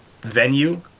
venue